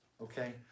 okay